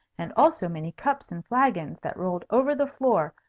and also many cups and flagons, that rolled over the floor,